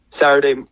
Saturday